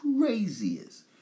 craziest